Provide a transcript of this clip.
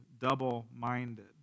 double-minded